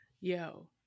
yo